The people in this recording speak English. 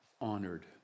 honored